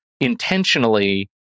intentionally